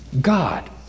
God